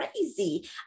crazy